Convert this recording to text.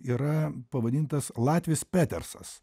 yra pavadintas latvis petersas